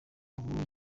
ubu